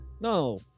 no